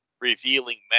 revealing